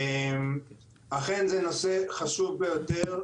אכן זה נושא חשוב ביותר,